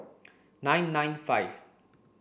nine nine five